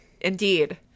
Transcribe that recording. Indeed